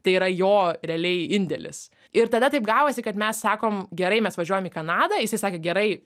tai yra jo realiai indėlis ir tada taip gavosi kad mes sakom gerai mes važiuojam į kanadą jisai sakė gerai